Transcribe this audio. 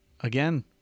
again